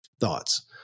thoughts